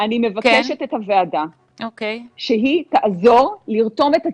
אני מבקשת את הוועדה שהיא תעזור לרתום את הציבור.